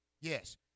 Yes